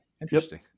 Interesting